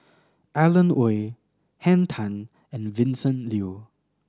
Alan Oei Henn Tan and Vincent Leow